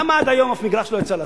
למה עד היום אף מגרש לא יצא להשכרה?